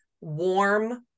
warm